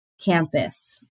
campus